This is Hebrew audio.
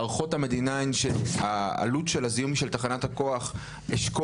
הערכות המדינה הן שהעלות של הזיהום של תחנת הכוח אשכול